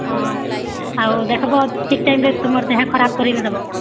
ହଁ ଆଉ ଦେଖ୍ବ ଠିକ୍ ଟାଇମ୍ରେ ତୁମର୍ ଦେହ ଖରାପ୍ କରି ନାଇଁ ଦେବ